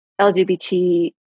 LGBT